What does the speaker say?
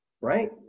right